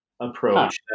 approach